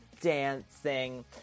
dancing